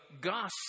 gospel